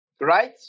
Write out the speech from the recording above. right